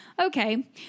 okay